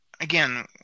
Again